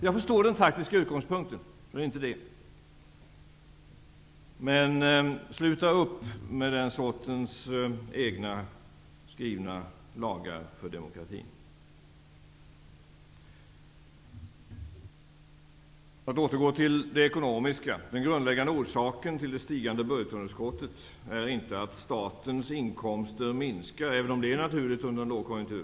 Jag förstår den taktiska utgångspunkten, men jag ber er att sluta upp med den sortens egna lagar för demokratin. För att återgå till det ekonomiska vill jag säga att den grundläggande orsaken till det stigande budgetunderskottet inte är att statens inkomster minskar, även om det är naturligt under en lågkonjunktur.